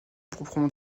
proprement